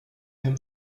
him